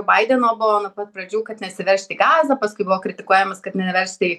baideno buvo nuo pat pradžių kad nesiveržt į gazą paskui buvo kritikuojamas kad neversti